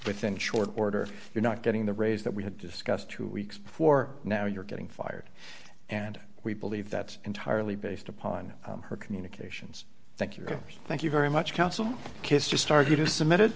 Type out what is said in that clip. within short order you're not getting the raise that we had discussed two weeks before now you're getting fired and we believe that's entirely based upon her communications thank you thank you very much counsel kister star you submitted